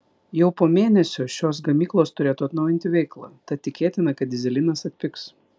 jau po mėnesio šios gamyklos turėtų atnaujinti veiklą tad tikėtina kad dyzelinas atpigs